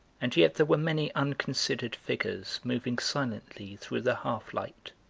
and yet there were many unconsidered figures moving silently through the half light,